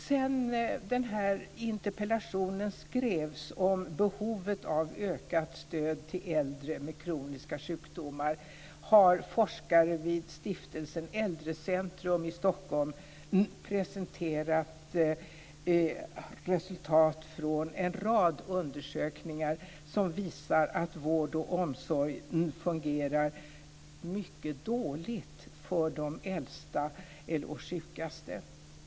Sedan interpellationen om behov av ökat stöd till äldre med kroniska sjukdomar skrevs har forskare vid Stiftelsen Äldrecentrum i Stockholm presenterat resultat från en rad undersökningar som visar att vård och omsorg fungerar mycket dåligt för de äldsta och sjukaste.